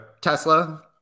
Tesla